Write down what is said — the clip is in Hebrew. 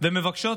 ומבקשות